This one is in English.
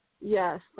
Yes